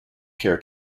care